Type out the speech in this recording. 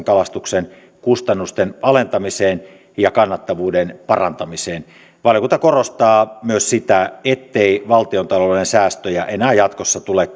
kalastuksen kustannusten alentamiseen ja kannattavuuden parantamiseen valiokunta korostaa myös sitä ettei valtiontalouden säästöjä enää jatkossa tule